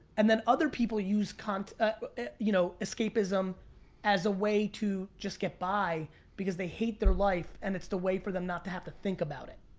and then other people use escapism you know escapism as a way to just get by because they hate their life, and it's the way for them not to have to think about it.